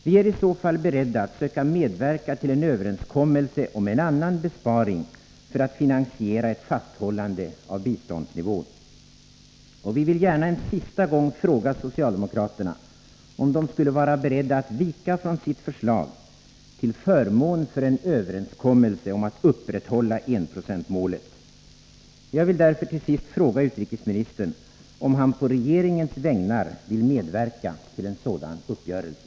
Vi är i så fall beredda att söka medverka till en överenskommelse om en annan besparing för att finansiera ett fasthållande av biståndsnivån. Vi vill gärna en sista gång fråga socialdemokraterna om de skulle vara beredda att vika från sitt förslag till förmån för en överenskommelse om att upprätthålla enprocentsmålet. Jag vill därför till sist fråga utrikesministern om han på regeringens vägnar vill medverka till en sådan uppgörelse.